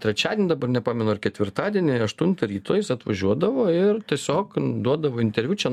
trečiadienį dabar nepamenu ar ketvirtadienį aštuntą ryto jis atvažiuodavo ir tiesiog duodavo interviu čia